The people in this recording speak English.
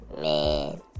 Man